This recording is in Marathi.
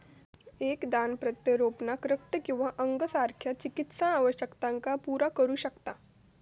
एक दान प्रत्यारोपणाक रक्त किंवा अंगासारख्या चिकित्सा आवश्यकतांका पुरा करू शकता